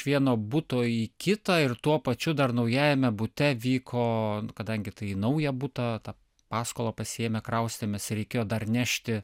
iš vieno buto į kitą ir tuo pačiu dar naujajame bute vyko kadangi tai į naują butą tą paskolą pasiėmę kraustėmės reikėjo dar nešti